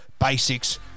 Basics